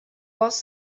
was